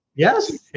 Yes